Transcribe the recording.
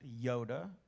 Yoda